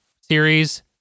series